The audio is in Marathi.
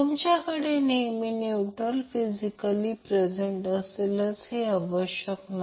तुमच्याकडे नेहमी न्यूट्रल फिजिकली प्रेझेंट असेल हे आवश्यक नाही